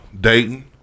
Dayton